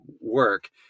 work